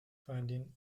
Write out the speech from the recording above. finding